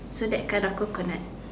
so that kind of coconut